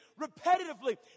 repetitively